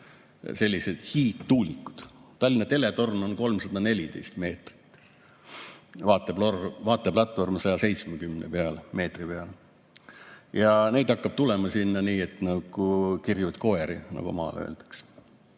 sellised hiidtuulikud. Tallinna teletorn on 314 meetrit, vaateplatvorm on 170 meetri peal. Neid hakkab tulema sinna nagu kirjusid koeri, nagu maal öeldakse.